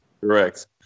Correct